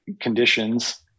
conditions